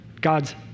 God's